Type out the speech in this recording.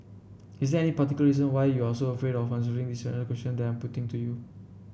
is there any particular reason why you are so afraid of answering this question they are putting to you